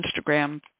Instagram